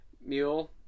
mule